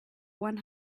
one